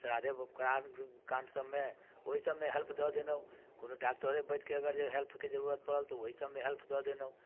श्राद्धे काण्ड सभमे ओहि सभमे हेल्प दऽ देलहुँ कोनो डॉक्टरे वैद्यके अगर जे हेल्पके जरूरत पड़ल तऽ ओहि सभमे हेल्प दऽ देलहुँ